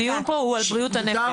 הדיון פה הוא על בריאות הנפש,